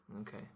Okay